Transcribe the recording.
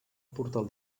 portal